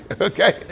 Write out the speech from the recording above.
Okay